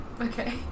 Okay